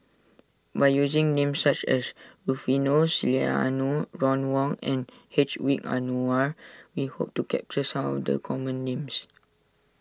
by using names such as Rufino Soliano Ron Wong and Hedwig Anuar we hope to capture some of the common names